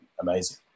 amazing